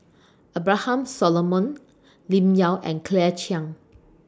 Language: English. Abraham Solomon Lim Yau and Claire Chiang